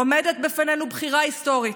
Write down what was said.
עומדת בפנינו בחירה היסטורית: